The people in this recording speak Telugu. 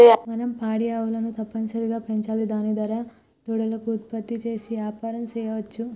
మనం పాడి ఆవులను తప్పనిసరిగా పెంచాలి దాని దారా దూడలను ఉత్పత్తి చేసి యాపారం సెయ్యవచ్చు